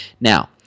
Now